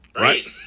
Right